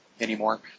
anymore